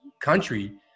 country